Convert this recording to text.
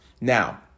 Now